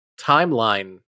timeline